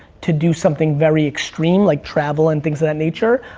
to do something very extreme, like travel and things of that nature.